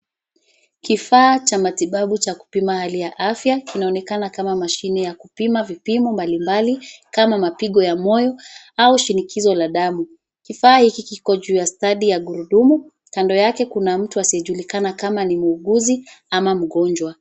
Kifaa cha matibabu cha kupima hali ya afya, kinaoneka kama mashine ya kupima vipimo mbalimbali, kama mapigo ya moyo au shinikizo la damu. Kifaa hiki kiko juu ya stadi ya gurudumu, kando yake kuna mtu asiyejulikana kama ni muuguzi ama mgonjwa.